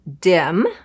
DIM